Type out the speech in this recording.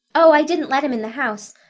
oh, i didn't let him in the house.